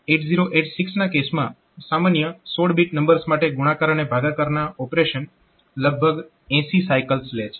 8086 ના કેસમાં સામાન્ય 16 બીટ નંબર્સ માટે ગુણાકાર અને ભાગાકારના ઓપરેશન લગભગ 80 સાયકલ્સ લે છે